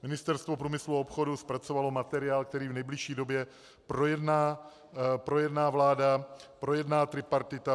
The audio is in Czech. Ministerstvo průmyslu a obchodu zpracovalo materiál, který v nejbližší době projedná vláda, projedná tripartita.